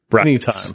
anytime